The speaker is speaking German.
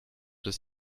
des